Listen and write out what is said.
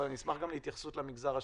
אבל אני אשמח גם להתייחסות למגזר השלישי,